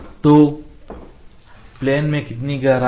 तो प्लेन से कितनी गहराई है